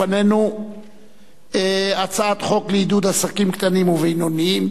לפנינו הצעת חוק לעידוד עסקים קטנים ובינוניים,